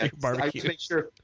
barbecue